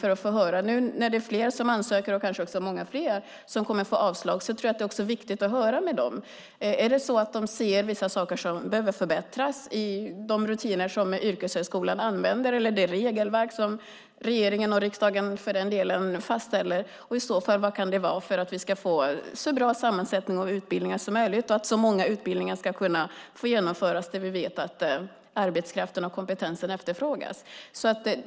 När det nu är fler som ansöker och kanske många fler som kommer att få avslag är det viktigt att höra om de ser vissa saker som behöver förbättras i de rutiner som yrkeshögskolan använder eller i det regelverk som regeringen och riksdagen fastställer och vad det i så fall kan vara för att vi ska få en så bra sammansättning och så bra utbildningar som möjligt och att många utbildningar ska kunna genomföras där vi vet att arbetskraften och kompetensen efterfrågas.